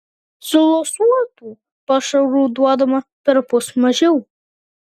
silosuotų pašarų duodama perpus mažiau